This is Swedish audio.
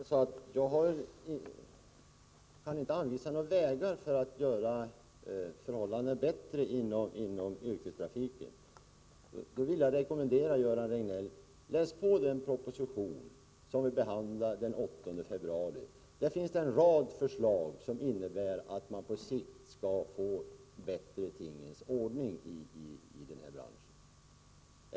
Herr talman! Göran Riegnell sade att jag inte kan anvisa några vägar för Onsdagen den att göra förhållandena bättre inom yrkestrafiken. Då vill jag rekommendera = 17 oktober 1984 Göran Riegnell att läsa på den proposition som vi behandlade den 8 februari. Där finns en rad förslag som innebär att man på sikt skall få en bättre tingens — Vissa yrkestrafikordning i branschen.